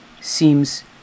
seems